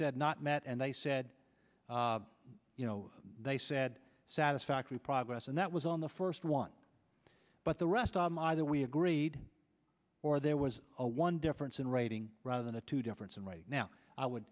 said not met and they said you know they said satisfactory progress and that was on the first one but the rest of my that we agreed or there was a one difference in writing rather than a two difference and right now i would